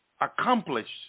accomplished